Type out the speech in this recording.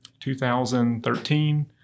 2013